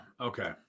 okay